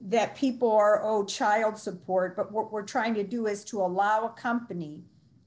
that people are owed child support but what we're trying to do is to allow company